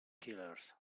killers